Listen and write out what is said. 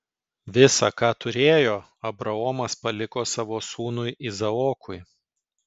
visa ką turėjo abraomas paliko savo sūnui izaokui